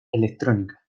electrónica